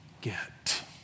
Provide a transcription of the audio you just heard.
get